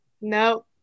No